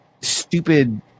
stupid